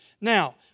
Now